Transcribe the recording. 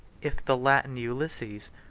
if the latin ulysses,